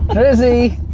drizzy!